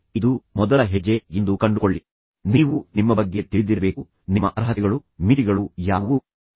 ಸಂಘರ್ಷ ಪರಿಹಾರದ ಬಗ್ಗೆ ಅವರು ನೀಡುವ ಒಂದು ಆಸಕ್ತಿದಾಯಕ ಸಲಹೆಯಿದೆ ನಾನು ಹೇಳಿದಂತೆ ಅವರು ಅದರ ಬಗ್ಗೆ ನೇರವಾಗಿ ಮಾತನಾಡುವುದಿಲ್ಲ